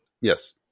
Yes